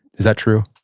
is that true?